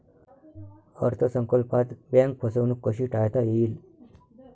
अर्थ संकल्पात बँक फसवणूक कशी टाळता येईल?